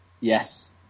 Yes